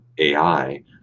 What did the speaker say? AI